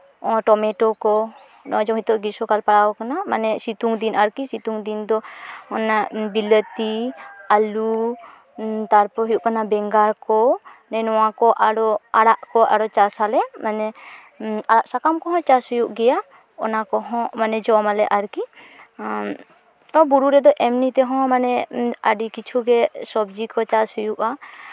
tomato ᱠᱚ ᱱᱚᱜᱼᱚᱸᱭ ᱡᱮ ᱱᱤᱛᱚᱜ ᱜᱨᱤᱥᱚᱠᱟᱞ ᱯᱟᱲᱟᱣ ᱠᱟᱱᱟ ᱢᱟᱱᱮ ᱥᱤᱛᱩᱝ ᱫᱤᱱ ᱟᱨᱠᱤ ᱥᱤᱛᱩᱝ ᱫᱤᱱ ᱫᱚ ᱵᱤᱞᱟᱹᱛᱤ ᱟᱹᱞᱩ ᱛᱟᱨᱯᱚᱨᱮ ᱦᱩᱭᱩᱜ ᱠᱟᱱᱟ ᱵᱮᱸᱜᱟᱲ ᱠᱚ ᱟᱚ ᱟᱲᱟᱜ ᱠᱚ ᱟᱨᱚ ᱪᱟᱥ ᱟᱞᱮ ᱢᱟᱱᱮ ᱟᱲᱟᱜ ᱥᱟᱠᱟᱢ ᱠᱚᱦᱚᱸ ᱪᱟᱥ ᱦᱩᱭᱩᱜ ᱜᱮᱭᱟ ᱚᱱᱟ ᱠᱚᱦᱚᱸ ᱡᱚᱢ ᱟᱞᱮ ᱟᱨᱠᱤ ᱛᱚ ᱵᱩᱨᱩ ᱨᱮᱫᱚ ᱮᱢᱱᱤ ᱛᱮᱦᱚᱸ ᱢᱟᱱᱮ ᱟᱹᱰᱤ ᱠᱤᱪᱷᱩ ᱜᱮ ᱥᱚᱵᱽᱡᱤ ᱠᱚ ᱪᱟᱥ ᱦᱩᱭᱩᱜᱼᱟ